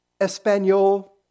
Espanol